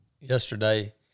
yesterday